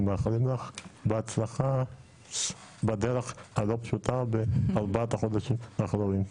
ומאחלים לך בהצלחה בדרך הלא פשוטה בארבעת החודשים הבאים.